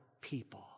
people